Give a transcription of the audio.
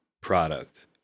product